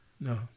No